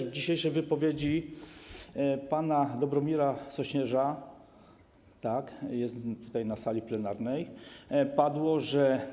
W dzisiejszej wypowiedzi pana Dobromira Sośnierza - tak, jest tutaj, na sali plenarnej - padło, że.